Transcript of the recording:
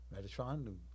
metatron